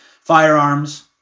firearms